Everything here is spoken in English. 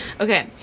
Okay